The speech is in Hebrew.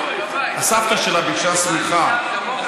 הסבתא שלה ביקשה שמיכה,